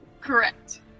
Correct